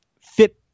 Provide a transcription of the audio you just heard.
fit